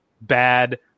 bad